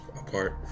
apart